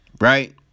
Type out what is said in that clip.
Right